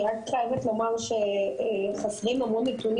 אני רק חייבת לומר שחסרים המון נתונים